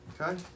Okay